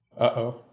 Uh-oh